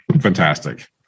fantastic